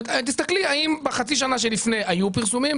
תסתכלי האם בחצי השנה שלפני כן היו פרסומים,